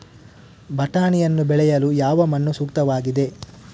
ಬಟಾಣಿಯನ್ನು ಬೆಳೆಯಲು ಯಾವ ಮಣ್ಣು ಸೂಕ್ತವಾಗಿದೆ?